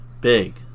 big